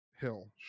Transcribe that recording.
hill